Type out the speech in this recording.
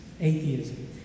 atheism